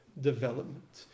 development